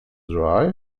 dry